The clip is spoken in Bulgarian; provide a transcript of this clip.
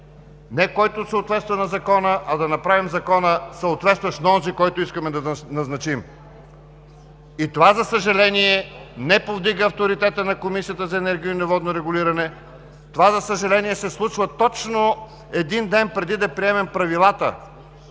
не който съответства на Закона, а да направим Закона, съответстващ на онзи, когото искаме да назначим. Това, за съжаление, не повдига авторитета на Комисията за енергийно и водно регулиране. За съжаление, това се случва точно един ден преди да приемем правилата